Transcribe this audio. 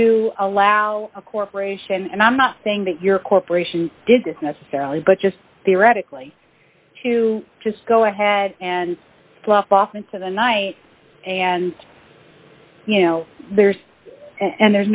to allow a corporation and i'm not saying that your corporation did this necessarily but just theoretically to just go ahead and slough off into the night and there's and